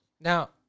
Now